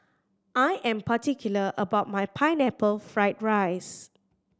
I am particular about my Pineapple Fried rice